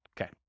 Okay